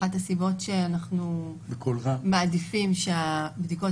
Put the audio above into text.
אחת הסיבות שאנחנו מעדיפים שהבדיקות